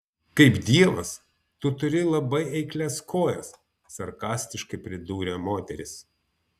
kaip dievas tu turi labai eiklias kojas sarkastiškai pridūrė moteris